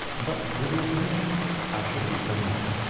but with your permission i shall do so now.